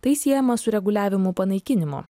tai siejama su reguliavimu panaikinimo